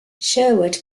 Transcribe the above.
sherwood